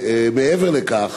מעבר לכך,